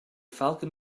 falcon